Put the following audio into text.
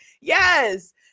Yes